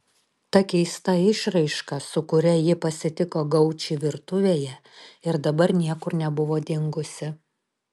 ta keista išraiška su kuria ji pasitiko gaučį virtuvėje ir dabar niekur nebuvo dingusi